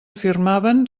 afirmaven